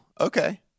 okay